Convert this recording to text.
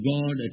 God